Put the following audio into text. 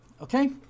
Okay